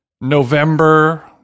November